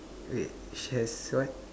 wait she has what